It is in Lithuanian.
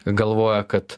galvoja kad